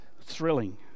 thrilling